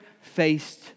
faced